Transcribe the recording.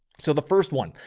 so the first one,